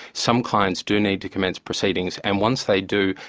some clients do need to commence proceedings, and once they do,